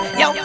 yo